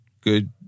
good